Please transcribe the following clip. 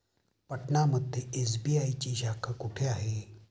पटना मध्ये एस.बी.आय ची शाखा कुठे आहे?